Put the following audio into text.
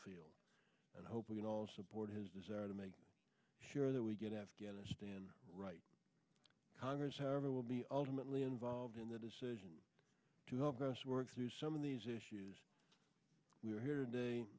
feel and i hope we can all support his desire to make sure that we get afghanistan right congress however will be ultimately involved in the decision to help us work through some of these issues we're here today